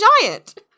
Giant